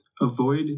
Avoid